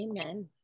Amen